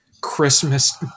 Christmas